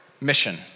mission